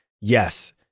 yes